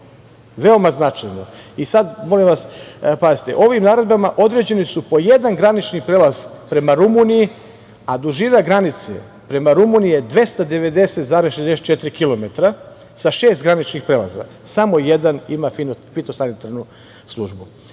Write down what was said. Veoma značajno. Sada molim vas, pazite, ovim naredbama određeni su po jedan granični prelaz prema Rumuniji, a dužina granice prema Rumuniji je 290,64 kilometra, sa šest graničnih prelaza, samo jedan ima fitosanitarnu službu,